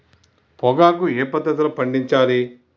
పొగాకు ఏ పద్ధతిలో పండించాలి?